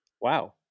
Wow